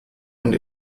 und